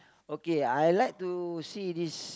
okay I like to see this